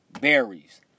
berries